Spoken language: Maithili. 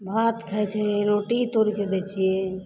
भात खाइ छै रोटी तोड़िके दै छिए